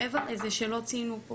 מעבר לזה שלא ציינו פה